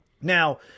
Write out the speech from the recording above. Now